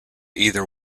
either